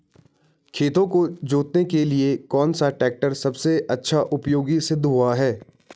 खेतों को जोतने के लिए कौन सा टैक्टर सबसे अच्छा उपयोगी सिद्ध हुआ है?